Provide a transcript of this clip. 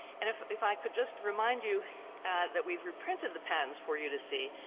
and if if i could just remind you that we've reprinted the patents for you to see,